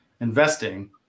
investing